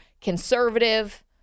conservative